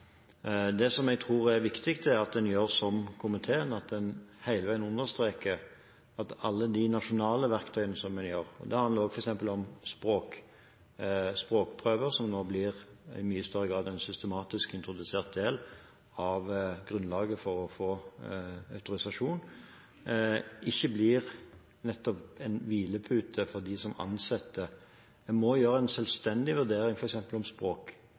politiattesten. Det jeg tror er viktig, er at en gjør som komiteen mener, at en hele veien understreker at alle de nasjonale verktøyene som en bruker, ikke blir en hvilepute for dem som ansetter. Det handler f.eks. om språkprøver, som nå i mye større grad blir en systematisk introdusert del av grunnlaget for å få autorisasjon. En må gjøre en selvstendig vurdering